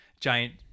giant